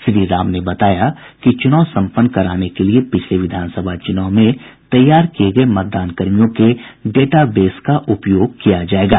श्री राम ने बताया कि चुनाव सम्पन्न कराने के लिए पिछले विधानसभा चुनाव में तैयार किये गये मतदान कर्मियों के डेटाबेस का उपयोग किया जायेगा